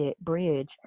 Bridge